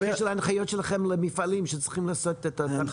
ההנחיות שלכם למפעלים שצריכים לעשות את התרגילים.